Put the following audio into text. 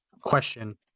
question